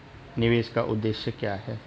निवेश का उद्देश्य क्या है?